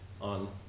on